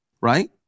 right